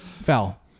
Foul